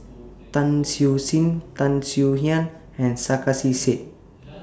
Tan Siew Sin Tan Swie Hian and Sarkasi Said